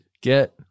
get